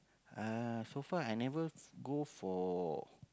uh so far I never go for